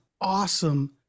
awesome